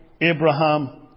Abraham